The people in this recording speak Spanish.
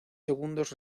segundos